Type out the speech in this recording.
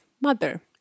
mother